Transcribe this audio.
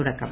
തുടക്കം